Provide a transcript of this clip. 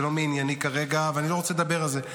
זה לא מענייני כרגע, ואני לא רוצה לדבר על זה.